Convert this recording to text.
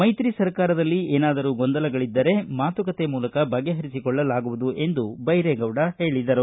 ಮೈತ್ರಿ ಸರ್ಕಾರದಲ್ಲಿ ಏನಾದರೂ ಗೊಂದಲಗಳದ್ದರೆ ಮಾತುಕತೆ ಮೂಲಕ ಬಗೆಹರಿಸಿಕೊಳ್ಳಲಾಗುವುದು ಎಂದು ಬೈರೇಗೌಡ ಹೇಳಿದರು